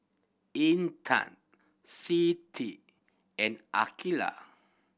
Intan Siti and Aqilah